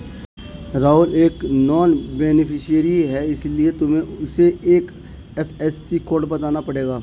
राहुल एक non beneficiary है इसीलिए तुम्हें उसे आई.एफ.एस.सी कोड बताना पड़ेगा